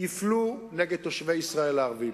הפלו את תושבי ישראל הערבים.